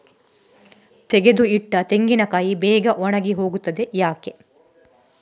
ತೆಗೆದು ಇಟ್ಟ ತೆಂಗಿನಕಾಯಿ ಬೇಗ ಒಣಗಿ ಹೋಗುತ್ತದೆ ಯಾಕೆ?